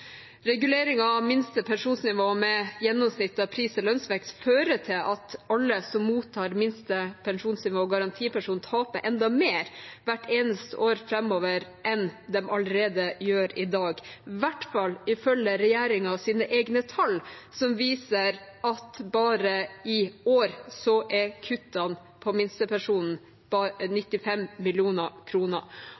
av minste pensjonsnivå med gjennomsnittet av pris- og lønnsvekst fører til at alle som mottar minste pensjonsnivå og garantipensjon, taper enda mer hvert eneste år framover enn de allerede gjør i dag, i hvert fall ifølge regjeringens egne tall, som viser at bare i år er kuttene på